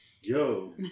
Yo